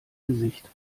gesicht